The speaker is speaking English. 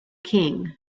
king